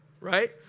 right